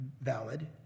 valid